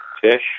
fish